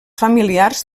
familiars